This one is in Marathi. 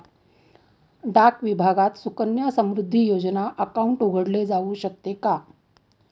डाक विभागात सुकन्या समृद्धी योजना अकाउंट उघडले जाऊ शकते का?